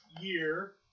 year